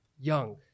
young